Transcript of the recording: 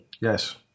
Yes